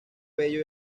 bello